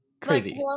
crazy